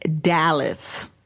Dallas